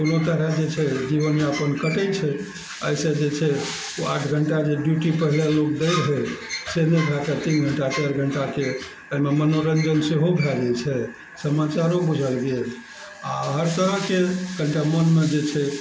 कोनो तरह जे छै जीवनयापन कटय छै अइसँ जे छै ओ आठ घण्टा जे ड्यूटी पहिले लोक दै रहय से नहि भऽ कऽ तीन घण्टा चारि घण्टाके अइमे मनोरञ्जन सेहो भए जाइ छै समाचारो बुझल गेल आओर हर तरहके कनिटा मनमे जे छै